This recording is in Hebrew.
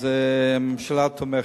הממשלה תומכת.